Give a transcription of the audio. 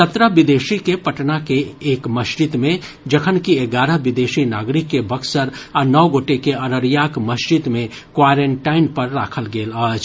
सत्रह विदेशी के पटना के एक मस्जिद मे जखनकि एगारह विदेशी नागरिक के बक्सर आ नओ गोटे के अररियाक मस्जिद मे क्वारेनटाइन पर राखल गेल अछि